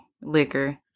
liquor